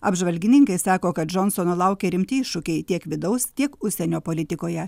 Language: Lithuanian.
apžvalgininkai sako kad džonsono laukia rimti iššūkiai tiek vidaus tiek užsienio politikoje